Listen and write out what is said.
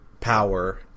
power